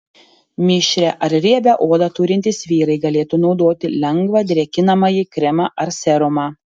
mišrią ar riebią odą turintys vyrai galėtų naudoti lengvą drėkinamąjį kremą ar serumą